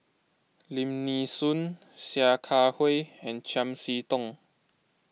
Lim Nee Soon Sia Kah Hui and Chiam See Tong